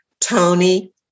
Tony